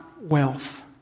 wealth